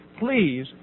please